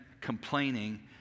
complaining